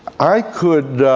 i could